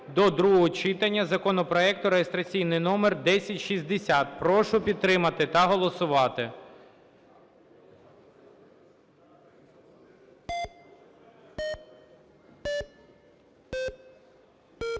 до другого читання законопроекту (реєстраційний номер 1060). Прошу підтримати та голосувати.